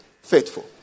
faithful